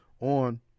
on